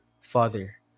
Father